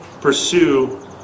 pursue